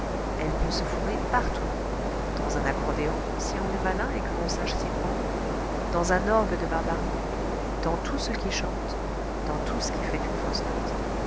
elle peut se fourrer partout dans un accordéon si on est malin et que l'on sache s'y prendre dans un orgue de barbarie dans tout ce qui chante dans tout ce qui fait une fausse note